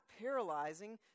paralyzing